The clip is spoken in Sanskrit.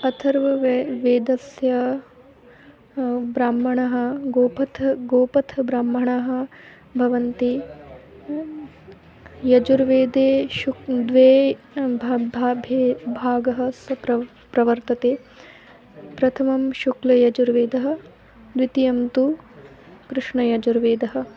अथर्ववेदस्य ब्राह्मणः गोपथः गोपथः ब्राह्मणः भवन्ति यजुर्वेदे शु द्वे भ भ भे भागः स प्र प्रवर्तते प्रथमं शुक्लयजुर्वेदः द्वितीयं तु कृष्णयजुर्वेदः